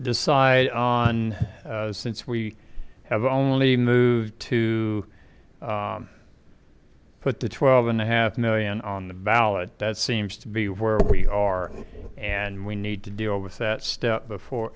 decide on since we have only to put the twelve and a half million on the ballot that seems to be where we are and we need to deal with that step before